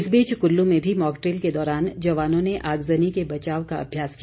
इस बीच क्ल्लू में भी मॉकड़िल के दौरान जवानों ने आगजनी के बचाव का अभ्यास किया